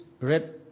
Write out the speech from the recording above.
red